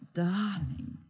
darling